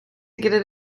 get